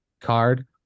card